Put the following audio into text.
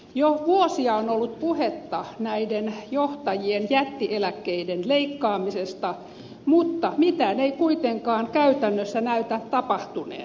jo vuosia on ollut puhetta näiden johtajien jättieläkkeiden leikkaamisesta mutta mitään ei kuitenkaan käytännössä näytä tapahtuneen